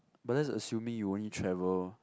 but that's assuming you only travel